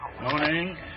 Morning